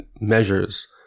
measures